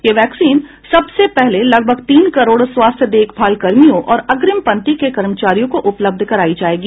यह वैक्सीन सबसे पहले लगभग तीन करोड़ स्वास्थ्य देखभाल कर्मियों और अग्निम पंक्ति के कर्मचारियों को उपलब्ध कराई जाएगी